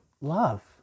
Love